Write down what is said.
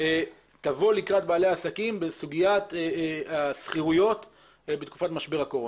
תבוא לקראת בעלי העסקים בסוגיית השכירויות בתקופת משבר הקורונה.